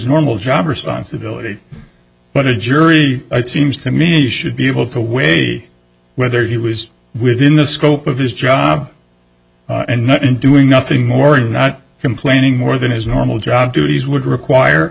normal job responsibility but a jury it seems to me should be able to weigh whether he was within the scope of his job and not in doing nothing more and not complaining more than his normal job duties would require